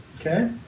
okay